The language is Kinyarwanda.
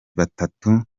batatu